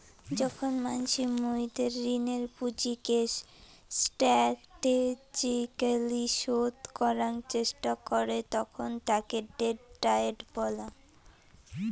যখন মানসি মুইদের ঋণের পুঁজিকে স্টাটেজিক্যলী শোধ করাং চেষ্টা করে তখন তাকে ডেট ডায়েট বলাঙ্গ